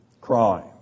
crime